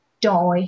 die